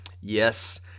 Yes